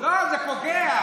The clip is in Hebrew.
לא, זה פוגע.